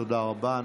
תודה רבה.